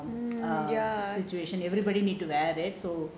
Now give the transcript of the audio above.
err situation everybody need to wear it so